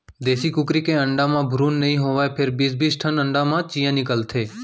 देसी कुकरी के आधा अंडा म भ्रून नइ होवय फेर बीस बीस ठन अंडा म चियॉं निकलथे